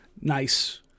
nice